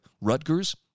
Rutgers